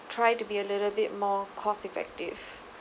try to be a little bit more cost effective